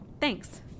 Thanks